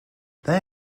they